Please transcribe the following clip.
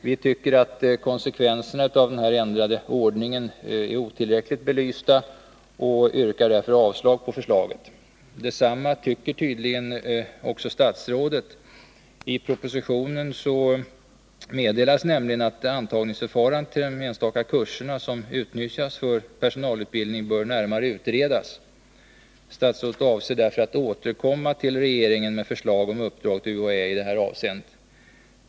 Vi tycker att konsekvenserna av denna ändrade ordning är otillräckligt belysta och yrkar därför avslag på förslaget. Detsamma tycker tydligen också statsrådet. I propositionen meddelas nämligen att antagningsförfarandet till de enstaka kurser som utnyttjas för personalutbildning bör närmare utredas. Statsrådet avser därför att återkomma till regeringen med förslag om uppdrag till UHÄ i detta avseende.